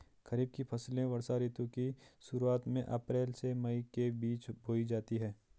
खरीफ की फसलें वर्षा ऋतु की शुरुआत में, अप्रैल से मई के बीच बोई जाती हैं